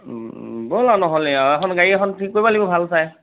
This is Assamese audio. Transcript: ওম ওম ব'লা নহ'লে আৰু এখন গাড়ী এখন ঠিক কৰিব লাগিব ভাল চাই